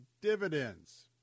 dividends